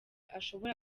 ashobora